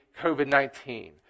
COVID-19